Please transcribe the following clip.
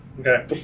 Okay